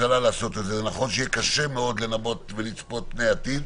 יהיה קשה לנבא ולצפות פני עתיד,